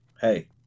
Hey